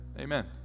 amen